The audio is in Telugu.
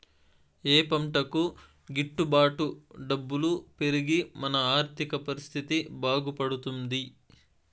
ఏ పంటకు గిట్టు బాటు డబ్బులు పెరిగి మన ఆర్థిక పరిస్థితి బాగుపడుతుంది?